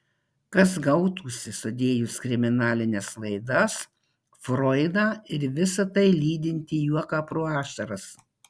kas gautųsi sudėjus kriminalines laidas froidą ir visa tai lydintį juoką pro ašaras